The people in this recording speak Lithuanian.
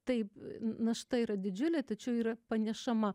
taip n našta yra didžiulė tačiau yra panešama